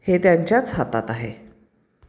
हे त्यांच्याच हातात आहे